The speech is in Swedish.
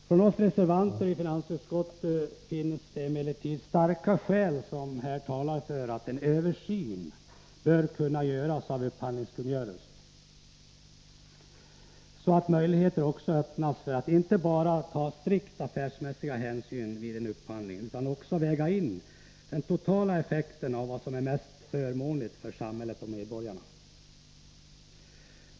Vi reservanter i finansutskottet har emellertid fört fram starka skäl som talar för att en översyn bör kunna göras av upphandlingskungörelsen, så att möjligheter öppnas för att man inte bara skall ta strikt affärsmässiga hänsyn vid en upphandling utan också väga in den totala effekten av vad som är mest förmånligt för samhället och medborgarna.